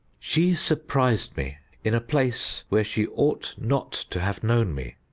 she surprised me in a place, where she ought not to have known me,